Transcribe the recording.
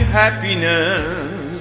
happiness